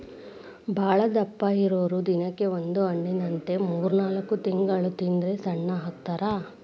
ಬಾಳದಪ್ಪ ಇದ್ದಾವ್ರು ದಿನಕ್ಕ ಒಂದ ಹಣ್ಣಿನಂತ ಮೂರ್ನಾಲ್ಕ ತಿಂಗಳ ತಿಂದ್ರ ಸಣ್ಣ ಅಕ್ಕಾರ